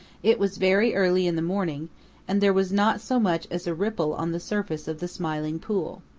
it was very early in the morning and there was not so much as a ripple on the surface of the smiling pool.